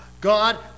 God